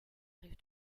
rive